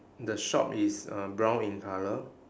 the shop is uh brown in colour